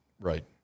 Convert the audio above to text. right